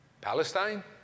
Palestine